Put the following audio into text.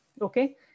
okay